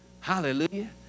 Hallelujah